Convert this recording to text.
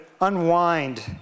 unwind